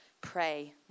pray